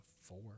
four